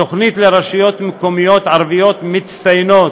תוכנית לרשויות מקומיות ערביות מצטיינות,